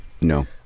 No